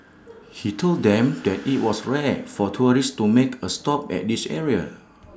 he told them that IT was rare for tourists to make A stop at this area